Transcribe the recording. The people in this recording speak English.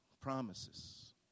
promises